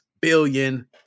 billion